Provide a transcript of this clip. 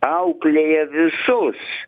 auklėja visus